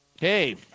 Hey